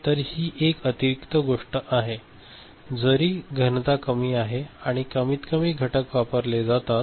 तर ही एक अतिरिक्त गोष्ट आहे जरी घनता कमी आहे आणि कमीतकमी घटक वापरले जातात